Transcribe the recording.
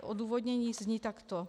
Odůvodnění zní takto.